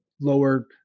lower